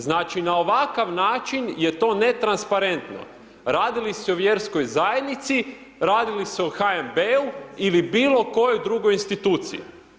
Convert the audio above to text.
Znači na ovakav način je to netransparentno, radili li se o vjerskoj zajednici, radi li se o HNB-u ili bilo kojoj drugoj instituciji.